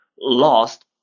lost